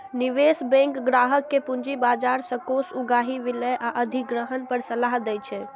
निवेश बैंक ग्राहक कें पूंजी बाजार सं कोष उगाही, विलय आ अधिग्रहण पर सलाह दै छै